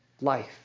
life